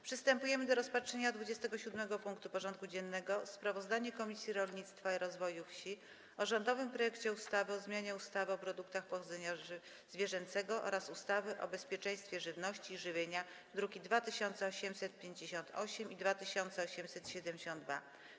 Przystępujemy do rozpatrzenia punktu 27. porządku dziennego: Sprawozdanie Komisji Rolnictwa i Rozwoju Wsi o rządowym projekcie ustawy o zmianie ustawy o produktach pochodzenia zwierzęcego oraz ustawy o bezpieczeństwie żywności i żywienia (druki nr 2858 i 2872)